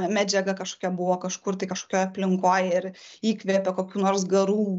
medžiaga kažkokia buvo kažkur tai kažkokioj aplinkoj ir įkvėpė kokių nors garų